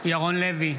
ירון לוי,